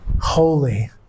Holy